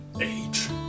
Age